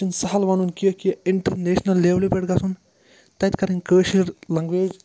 یہِ چھُنہٕ سَہَل وَنُن کیٚنٛہہ کہِ اِنٹَرنیشنَل لیولہِ پٮ۪ٹھ گژھُن تَتہِ کَرٕنۍ کٲشِر لنٛگویج